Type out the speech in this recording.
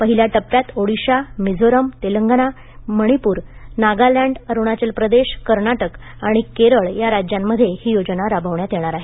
पहिल्या टप्प्यांत ओडीशा मिझोरम तेलंगणा मनिपूर नागालँड अरुणाचल प्रदेश कर्नाटक आणि केरळ या राज्यामध्ये ही योजना राबविण्यात येणार आहे